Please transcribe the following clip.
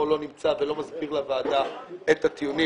לא נמצא ולא מסביר לוועדה את הטיעונים.